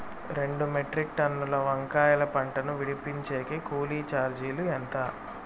రెండు మెట్రిక్ టన్నుల వంకాయల పంట ను విడిపించేకి కూలీ చార్జీలు ఎంత?